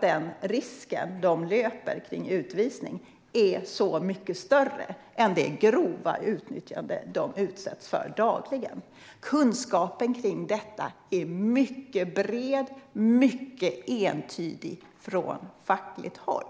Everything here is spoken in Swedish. Den risk för utvisning som de löper är nämligen så mycket värre än det grova utnyttjande som de utsätts för dagligen. Kunskapen om detta är mycket bred och mycket entydig från fackligt håll.